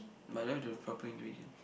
but I don't have the proper ingredient